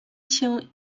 się